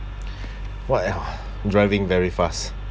what else driving very fast